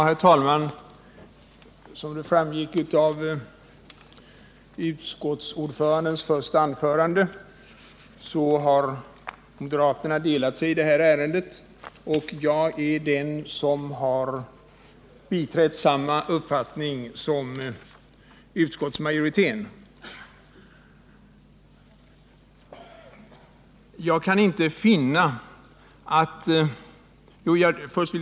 Herr talman! Som framgick av utskottsordförandens första anförande har moderaterna delat sig i det här ärendet. Jag är den som har biträtt samma uppfattning som utskottsmajoriteten.